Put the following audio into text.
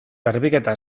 garbiketa